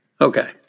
Okay